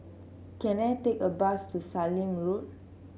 can I take a bus to Sallim Road